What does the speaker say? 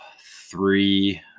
three